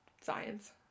science